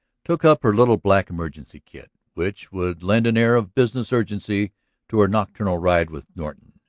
took up her little black emergency kit, which would lend an air of business urgency to her nocturnal ride with norton,